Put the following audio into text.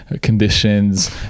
conditions